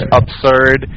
absurd